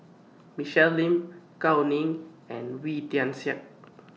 Michelle Lim Gao Ning and Wee Tian Siak